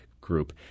Group